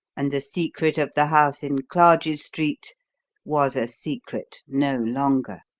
and the secret of the house in clarges street was a secret no longer!